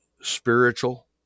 spiritual